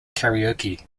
karaoke